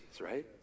right